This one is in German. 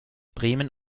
bremen